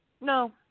No